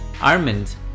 Armand